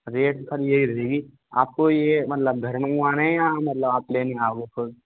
rate sir ये ही रहेगी आपको ये मतलब घर मंगवाना है या मतलब आप लेने आओगे खुद